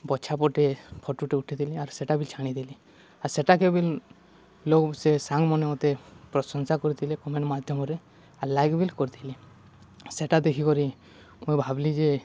ବଛାପଟେ ଫଟୋଟେ ଉଠେଇଥିଲି ଆର୍ ସେଟା ବି ଛାଡ଼ିଦେଲି ଆର୍ ସେଟାକେ ବି ଲୋକ୍ ସେ ସାଙ୍ଗମାନେ ମତେ ପ୍ରଶଂସା କରିଥିଲେ କମେଣ୍ଟ୍ ମାଧ୍ୟମରେ ଆର୍ ଲାଇକ୍ ବି କରିଥିଲେ ସେଟା ଦେଖିକରି ମୁଇଁ ଭାବ୍ଲିି ଯେ